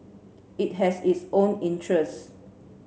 it has its own interests